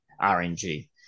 RNG